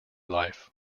life